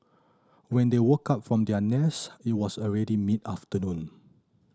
when they woke up from their rest it was already mid afternoon